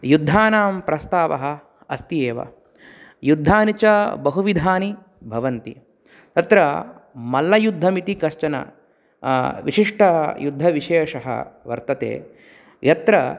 युद्धानां प्रस्तावः अस्ति एव युद्धानि च बहुविधानि भवन्ति अत्र मल्लयुद्धम् इति कश्चन विशिष्टः युद्धविशेषः वर्तते यत्र